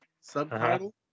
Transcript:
subtitle